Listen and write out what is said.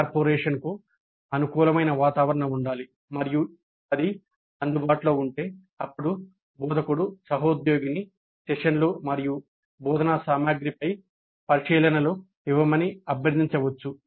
కార్పొరేషన్కు అనుకూలమైన వాతావరణం ఉండాలి మరియు అది అందుబాటులో ఉంటే అప్పుడు బోధకుడు సహోద్యోగిని సెషన్లు మరియు బోధనా సామగ్రిపై పరిశీలనలు ఇవ్వమని అభ్యర్థించవచ్చు